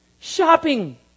shopping